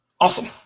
Awesome